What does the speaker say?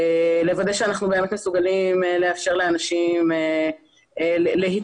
לוודא שאנחנו באמת מסוגלים לאפשר לאנשים להתחבר,